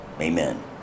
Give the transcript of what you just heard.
Amen